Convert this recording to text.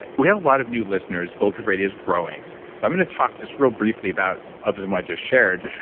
we have a lot of new listeners. bulletproof radio's growing, so i'm going to talk just real briefly about. other than what i just shared,